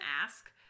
ask